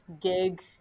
gig